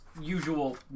usual